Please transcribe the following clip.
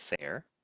fair